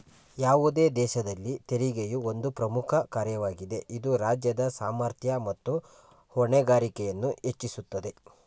ಯಾವುದೇ ದೇಶದಲ್ಲಿ ತೆರಿಗೆಯು ಒಂದು ಪ್ರಮುಖ ಕಾರ್ಯವಾಗಿದೆ ಇದು ರಾಜ್ಯದ ಸಾಮರ್ಥ್ಯ ಮತ್ತು ಹೊಣೆಗಾರಿಕೆಯನ್ನು ಹೆಚ್ಚಿಸುತ್ತದೆ